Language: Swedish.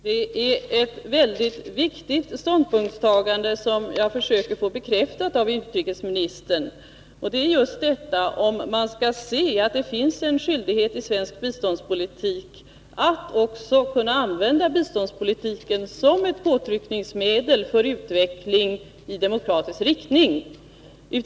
Herr talman! Det är ett väldigt viktigt ståndpunktstagande som jag försöker få bekräftat av utrikesministern, nämligen om det finns en skyldighet i svensk biståndspolitik att också försöka använda biståndspolitiken såsom ett påtryckningsmedel för utveckling i demokratisk riktning.